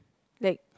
like